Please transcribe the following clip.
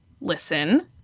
Listen